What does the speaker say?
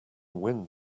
win